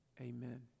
amen